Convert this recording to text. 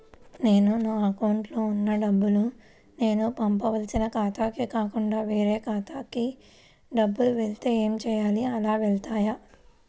నేను నా అకౌంట్లో వున్న డబ్బులు నేను పంపవలసిన ఖాతాకి కాకుండా వేరే ఖాతాకు డబ్బులు వెళ్తే ఏంచేయాలి? అలా వెళ్తాయా?